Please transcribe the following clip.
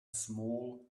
small